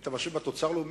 אם אתה משווה בתוצר הלאומי,